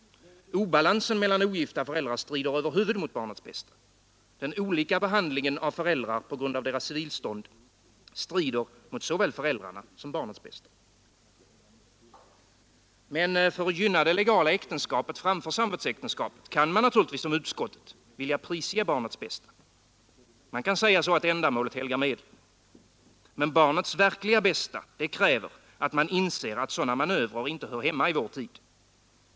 Obalansen mellan ogifta föräldrar strider över huvud mot barnets bästa. Den olika behandlingen av föräldrar på grund av deras civilstånd strider mot såväl föräldrarnas som barnets bästa. För att gynna det legala äktenskapet framför samvetsäktenskapet kan man naturligtvis, som utskottet, prisge barnets bästa. Man kan säga att ändamålet helgar medlen. Men barnets verkliga bästa kräver att man inser att sådana manövrer inte hör hemma i vår tid.